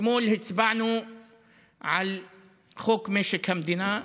אתמול הצבענו על חוק משק המדינה,